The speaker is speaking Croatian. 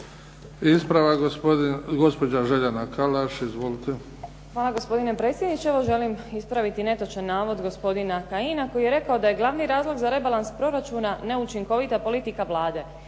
Izvolite. **Podrug, Željana (HDZ)** Hvala, gospodine predsjedniče. Evo želim ispraviti netočan navod gospodina Kajina koji je rekao da je glavni razlog za rebalans proračuna neučinkovita politika Vlade.